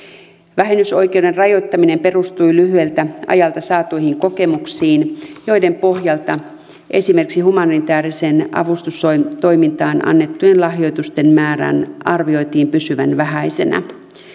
vähennysoikeuden rajoittaminen perustui lyhyeltä ajalta saatuihin kokemuksiin joiden pohjalta esimerkiksi humanitääriseen avustustoimintaan annettujen lahjoitusten määrän arvioitiin pysyvän vähäisenä